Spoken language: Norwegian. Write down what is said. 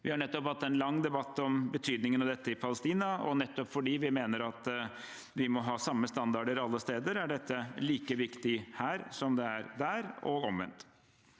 Vi har nettopp hatt en lang debatt om betydningen av dette i Palestina, og nettopp fordi vi mener at vi må ha samme standarder alle steder, er dette like viktig her som det er der, og omvendt.